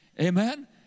Amen